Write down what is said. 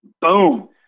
Boom